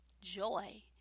joy